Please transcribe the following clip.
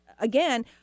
again